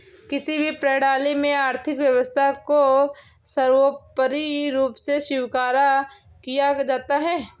किसी भी प्रणाली में आर्थिक व्यवस्था को सर्वोपरी रूप में स्वीकार किया जाता है